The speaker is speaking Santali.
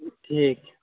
ᱴᱷᱤᱠ